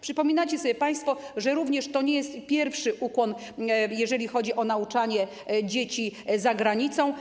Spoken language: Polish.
Przypominacie sobie państwo, że również to nie jest pierwszy ukłon, jeżeli chodzi o nauczanie dzieci za granicą.